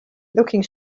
looking